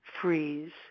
freeze